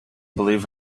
believe